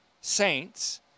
saints